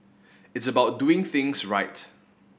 it's about doing things right